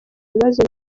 bibazo